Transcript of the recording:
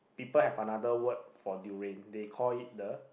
people have another word for durian they call it the